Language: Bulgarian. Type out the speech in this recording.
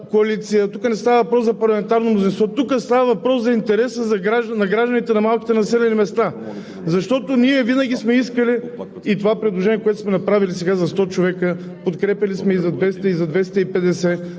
тук не става въпрос за парламентарно мнозинство, тук става въпрос за интереса на гражданите на малките населени места. Защото ние винаги сме искали и предложението, което сега сме направили за 100 човека – подкрепяли сме и за 200 и за 250